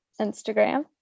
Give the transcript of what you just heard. Instagram